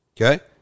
okay